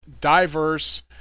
diverse